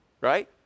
right